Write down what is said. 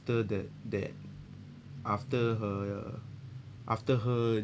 that that after her after her